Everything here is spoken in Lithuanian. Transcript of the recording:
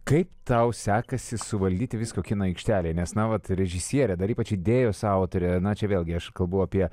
kaip tau sekasi suvaldyti viską kino aikštelėj nes na vat režisierė dar ypač idėjos autorė na čia vėlgi aš kalbu apie